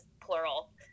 plural